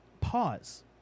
pause